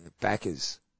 Backers